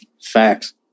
Facts